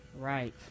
Right